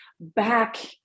back